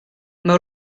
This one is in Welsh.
mae